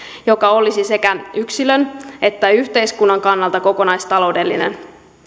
joka olisi sekä yksilön että yhteiskunnan kannalta kokonaistaloudellinen